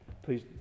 Please